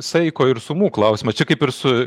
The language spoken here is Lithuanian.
saiko ir sumų klausimas čia kaip ir su